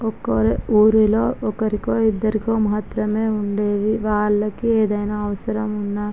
ఒక ఊరిలో ఒకరికో ఇద్దరికో మాత్రమే ఉండేవి వాళ్ళకి ఏదైనా అవసరమున్న